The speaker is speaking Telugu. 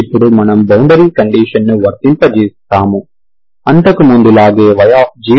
ఇప్పుడు మనం బౌండరీ కండీషన్ ని వర్తింపజేస్తాము ఇంతకు ముందు లాగే y00అనునది నాకు c1ని 0 గా ఇస్తుంది